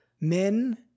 Men